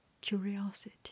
Curiosity